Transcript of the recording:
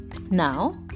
Now